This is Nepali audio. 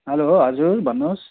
हेलो हजुर भन्नुहोस्